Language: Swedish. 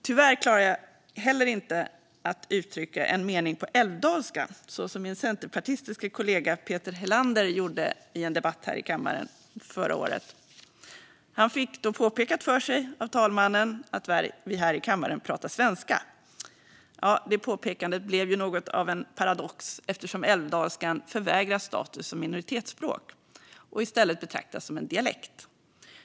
Tyvärr klarar jag heller inte att uttrycka en mening på älvdalska, så som min centerpartistiske kollega Peter Helander gjorde i en debatt här i kammaren förra året. Han fick då påpekat för sig av talmannen att vi här i kammaren pratar svenska. Det påpekandet blev ju något av en paradox, eftersom älvdalskan förvägras status som minoritetsspråk och i stället betraktas som en dialekt.